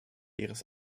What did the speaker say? ihres